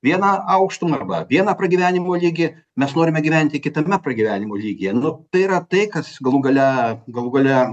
vieną aukštumą arba vieną pragyvenimo lygį mes norime gyventi kitame pragyvenimo lygyje nu tai yra tai kas galų gale galų gale